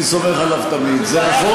אני סומך עליו תמיד.